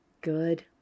Good